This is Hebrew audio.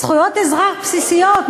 זכויות אזרח בסיסיות,